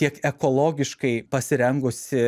tiek ekologiškai pasirengusi